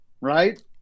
Right